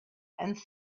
and